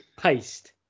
Paste